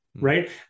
Right